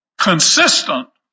consistent